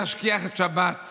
השר, חבריי חברי הכנסת,